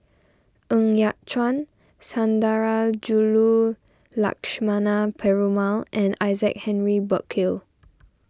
Ng Yat Chuan Sundarajulu Lakshmana Perumal and Isaac Henry Burkill